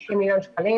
60 מיליון שקלים